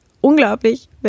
unglaublich